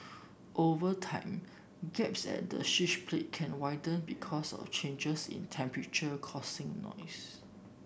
over time gaps at the switch plate can widen because of changes in temperature causing noise